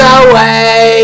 away